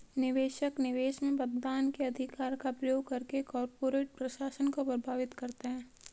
निवेशक, निवेश में मतदान के अधिकार का प्रयोग करके कॉर्पोरेट प्रशासन को प्रभावित करते है